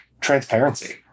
transparency